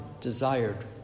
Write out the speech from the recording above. desired